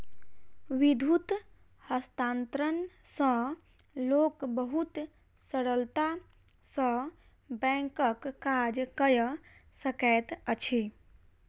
विद्युत हस्तांतरण सॅ लोक बहुत सरलता सॅ बैंकक काज कय सकैत अछि